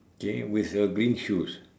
okay with a green shoes